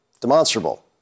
demonstrable